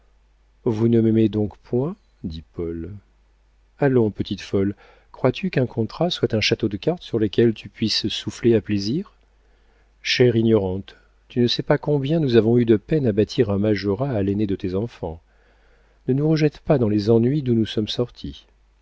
vous ne m'aimez donc point dit paul allons petite folle crois-tu qu'un contrat soit un château de cartes sur lequel tu puisses souffler à plaisir chère ignorante tu ne sais pas combien nous avons eu de peine à bâtir un majorat à l'aîné de tes enfants ne nous rejette pas dans les ennuis d'où nous sommes sortis